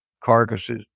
carcasses